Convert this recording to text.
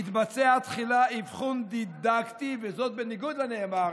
יתבצע תחילה אבחון דידקטי, וזאת בניגוד לנאמר